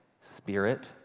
spirit